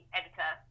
editor